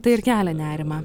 tai ir kelia nerimą